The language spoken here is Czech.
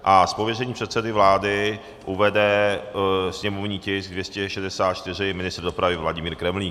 Z pověření předsedy vlády uvede sněmovní tisk 264 ministr dopravy Vladimír Kremlík.